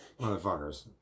motherfuckers